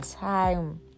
time